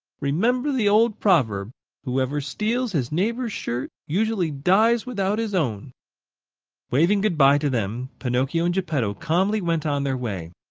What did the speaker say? remember the old proverb whoever steals his neighbor's shirt, usually dies without his own waving good-by to them, pinocchio and geppetto calmly went on their way.